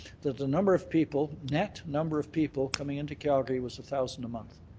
that the number of people met number of people coming into calgary was a thousand a month.